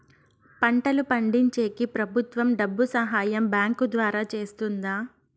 పంటలు పండించేకి ప్రభుత్వం డబ్బు సహాయం బ్యాంకు ద్వారా చేస్తుందా?